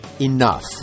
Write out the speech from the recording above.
Enough